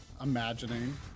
imagining